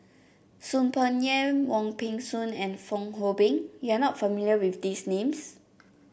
Soon Peng Yam Wong Peng Soon and Fong Hoe Beng you are not familiar with these names